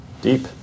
Deep